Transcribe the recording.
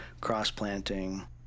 cross-planting